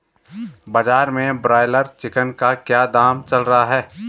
बाजार में broiler chicken का क्या दाम चल रहा है?